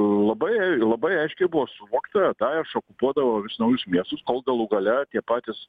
labai labai aiškiai buvo suvokta daješ okupuodavo vis naujus miestus kol galų gale tie patys